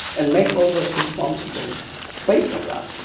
and make all those responsible pay for that.